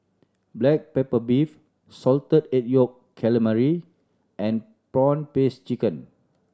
black pepper beef Salted Egg Yolk Calamari and prawn paste chicken